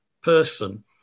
person